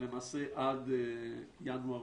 למעשה עד ינואר-פברואר,